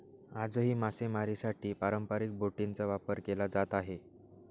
आजही मासेमारीसाठी पारंपरिक बोटींचा वापर केला जात आहे